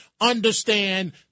understand